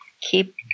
keep